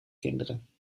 kinderen